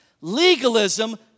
Legalism